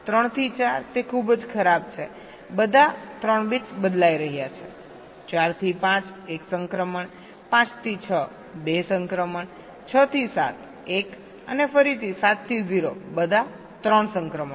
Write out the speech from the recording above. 3 થી 4 તે ખૂબ જ ખરાબ છે બધા 3 બિટ્સ બદલાઇ રહ્યા છે 4 થી 5 1 સંક્રમણ 5 થી 6 2 સંક્રમણ 6 થી 7 1 અને ફરીથી 7 થી 0 બધા 3 સંક્રમણો